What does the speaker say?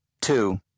Two